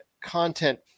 content